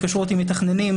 עם מתכננים,